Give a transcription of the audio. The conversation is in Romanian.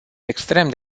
extrem